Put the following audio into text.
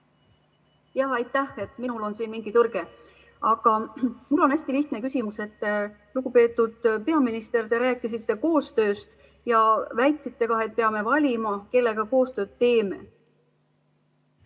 Aitäh! Minul on siin mingi tõrge. Aga mul on hästi lihtne küsimus. Lugupeetud peaminister! Te rääkisite koostööst ja väitsite ka, et me peame valima, kellega koostööd teeme.